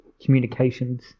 communications